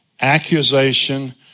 accusation